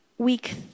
Week